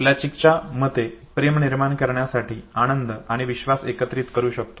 प्लचिकच्या मते प्रेम निर्माण करण्यासाठी आनंद आणि विश्वास एकत्रित करू शकतो